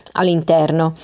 all'interno